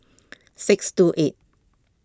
six two eight